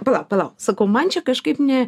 palauk palauk sakau man čia kažkaip ne